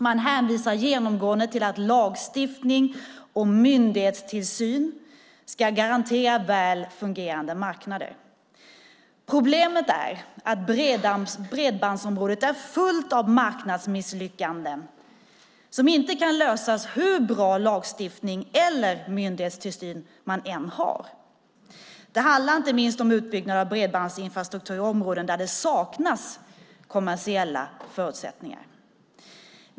Man hänvisar genomgående till att lagstiftning och myndighetstillsyn ska garantera väl fungerande marknader. Problemet är att bredbandsområdet är fullt av marknadsmisslyckanden som inte kan lösas, hur bra lagstiftning eller myndighetstillsyn man än har. Det handlar inte minst om utbyggnad av bredbandsinfrastruktur i områden där det saknas kommersiella förutsättningar.